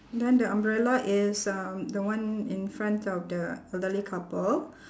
then the umbrella is um the one in front of the elderly couple